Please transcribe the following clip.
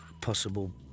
possible